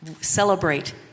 celebrate